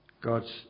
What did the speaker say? God's